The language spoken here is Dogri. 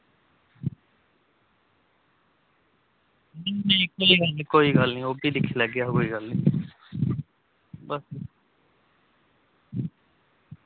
नेईं नेईं कोई गल्ल निं कोई गल्ल निं ओह् बी दिक्खी लैगे अस कोई गल्ल निं